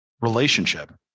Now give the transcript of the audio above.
relationship